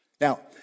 Now